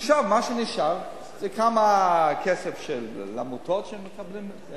עכשיו, מה שנשאר זה כסף של עמותות שמקבלות,